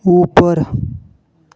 ऊपर